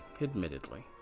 admittedly